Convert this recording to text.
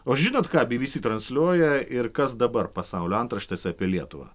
o žinot ką by byb cy transliuoja ir kas dabar pasaulio antraštėse apie lietuvą